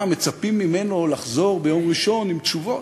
מצפים ממנו לחזור ביום ראשון עם תשובות.